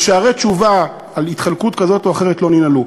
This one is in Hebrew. ושערי תשובה על "התחלקות" כזאת או אחרת לא ננעלו.